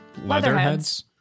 Leatherheads